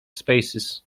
spaces